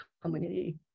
community